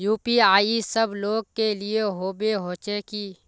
UPI सब लोग के लिए होबे होचे की?